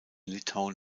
litauen